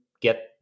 get